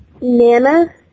nana